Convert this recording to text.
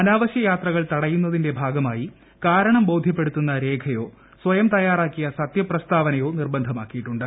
അനാവശ്യ യാത്രകൾ തടയുന്നതിന്റെ ഭാഗമായി കാരണം ബോധ്യപ്പെടുത്തുന്ന രേഖയോ സ്വയം തയാറാക്കിയ സത്യപ്രസ്താവനയോ നിർബന്ധമാക്കിയിട്ടുണ്ട്